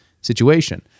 situation